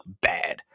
bad